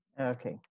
Okay